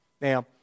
now